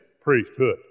priesthood